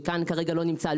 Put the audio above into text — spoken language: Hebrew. שכאן כרגע לא נמצא.